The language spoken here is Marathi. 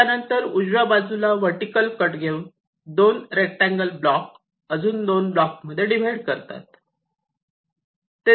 त्यानंतर उजव्या बाजूला वर्टीकल कट घेऊन दोन रेक्टांगल ब्लॉक अजून दोन ब्लॉक मध्ये डिव्हाइड करतात